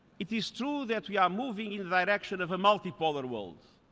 it is true that we are moving in the direction of a multipolar world.